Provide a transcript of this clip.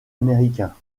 américain